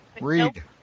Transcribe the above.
read